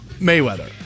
Mayweather